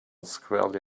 squarely